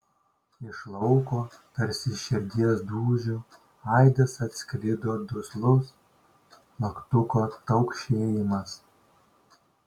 iš lauko tarsi širdies dūžių aidas atsklido duslus plaktuko taukšėjimas